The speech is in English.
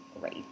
great